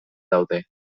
daude